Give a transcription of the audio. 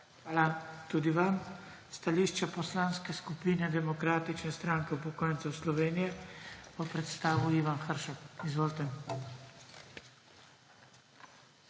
Hvala tudi vam. Stališče Poslanske skupine Demokratične stranke upokojencev Slovenije bo predstavil Ivan Hršak. Izvolite.